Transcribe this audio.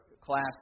class